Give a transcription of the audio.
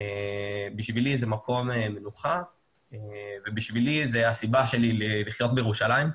בשבילי זה מקום מנוחה ובשבילי זאת הסיבה שלי לחיות בירושלים.